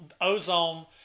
Ozone